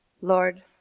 Lord